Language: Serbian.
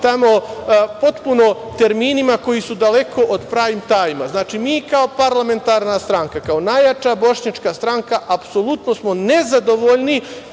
tamo potpuno terminima koji su daleko od prajm tajma. Znači, mi kao parlamentarna stranka, kao najjača bošnjačka stranka apsolutno smo nezadovoljni